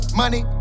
money